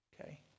Okay